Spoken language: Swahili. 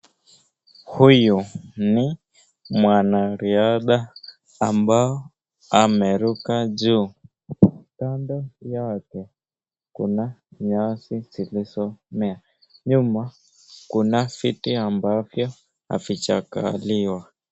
Huyu mwanariadha ambao amemeruka juu. Kando yake kuna nyasi zilizomea, nyuma kuna viti ambavyo havijakaliwa.